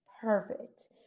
Perfect